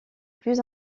plus